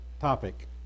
topic